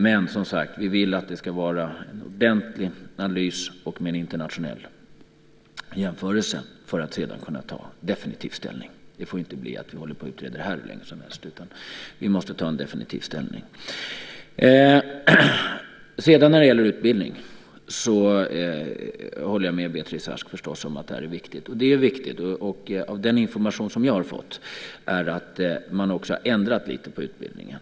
Därför vill vi som sagt att det ska vara en ordentlig analys med en internationell jämförelse för att vi sedan ska kunna ta definitiv ställning. Det får inte bli så att vi håller på och utreder det här hur länge som helst. När det gäller utbildning håller jag förstås med Beatrice Ask om att det är viktigt. Av den information jag har fått framgår att man också har ändrat lite på utbildningen.